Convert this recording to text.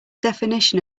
definition